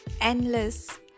endless